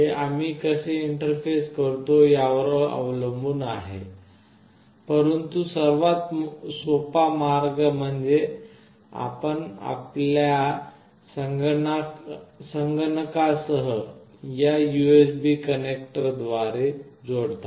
हे आम्ही कसे इंटरफेस करतो यावर अवलंबून आहे परंतु सर्वात सोपा मार्ग म्हणजे आपण आपल्या संगणका सह या यूएसबी कनेक्टरद्वारे जोडता